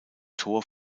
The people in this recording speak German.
tor